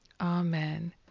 Amen